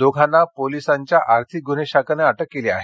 दोघांना पोलिसांच्या आर्थिक गुन्हे शाखेनं अटक केली आहे